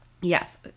Yes